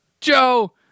Joe